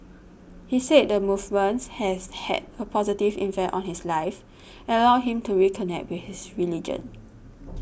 he said the movements has had a positive infect on his life allowed him to reconnect with his religion